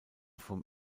vom